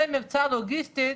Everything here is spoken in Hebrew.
זה מבצע לוגיסטי,